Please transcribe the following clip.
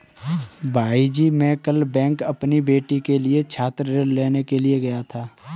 भाईजी मैं कल बैंक अपनी बेटी के लिए छात्र ऋण लेने के लिए गया था